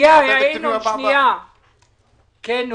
רק רגע.